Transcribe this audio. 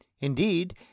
Indeed